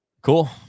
Cool